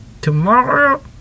tomorrow